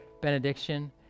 benediction